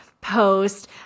post